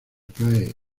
cae